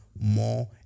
more